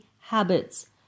habits